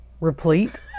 replete